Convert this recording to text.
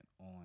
on